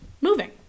moving